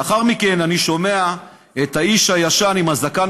לאחר מכן אני שומע את האיש הישן עם הזקן